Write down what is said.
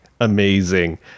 amazing